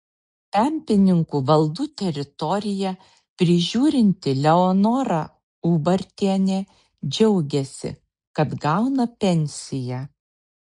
pempininkų valdų teritoriją prižiūrinti leonora ubartienė džiaugiasi kad gauna pensiją